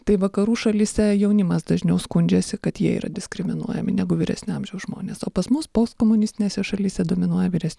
tai vakarų šalyse jaunimas dažniau skundžiasi kad jie yra diskriminuojami negu vyresnio amžiaus žmonės o pas mus postkomunistinėse šalyse dominuoja vyresnio